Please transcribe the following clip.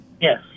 Yes